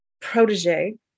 protege